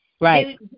Right